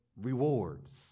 rewards